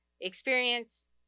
experience